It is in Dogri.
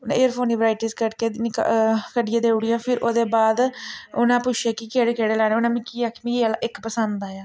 उ'नें एयरफोन दियां वराईटियां कड्ढ के कड्ढियै देउड़ियां फ्ही ओह्दे बाद उ'नें पुच्छेआ कि केह्ड़े केह्ड़े लैने उ'नें मिकी एह् आखेआ मी एह् आह्ला इक पसंद आया